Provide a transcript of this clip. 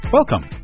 Welcome